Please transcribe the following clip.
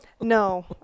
No